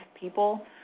people